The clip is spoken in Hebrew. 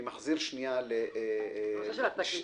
אני מחזיר לרגע- -- הנושא של התקליטן.